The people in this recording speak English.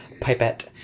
pipette